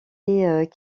est